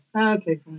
okay